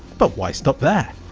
but why stop there?